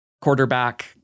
quarterback